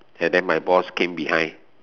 and then my boss came behind